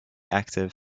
active